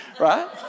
right